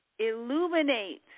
Illuminates